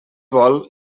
vol